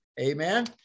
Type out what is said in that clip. Amen